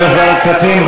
יושב-ראש ועדת הכספים.